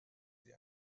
sie